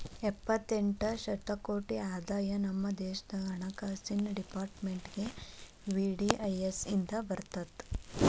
ಎಪ್ಪತ್ತೆಂಟ ಶತಕೋಟಿ ಆದಾಯ ನಮ ದೇಶದ್ ಹಣಕಾಸಿನ್ ಡೆಪಾರ್ಟ್ಮೆಂಟ್ಗೆ ವಿ.ಡಿ.ಐ.ಎಸ್ ಇಂದ್ ಬಂದಿತ್